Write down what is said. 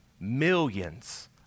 millions